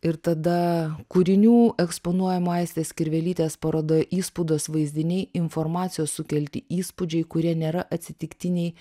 ir tada kūrinių eksponuojamų aistės kirvelytės parodoj įspūdos vaizdiniai informacijos sukelti įspūdžiai kurie nėra atsitiktiniai